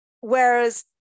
Whereas